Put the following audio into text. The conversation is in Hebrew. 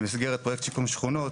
במסגרת פרויקט שיקום שכונות,